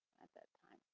at that time